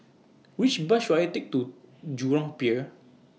Which Bus should I Take to Jurong Pier